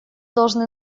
должны